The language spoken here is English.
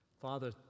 Father